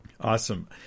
Awesome